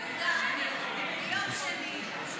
אני צריך לחשוב על זה.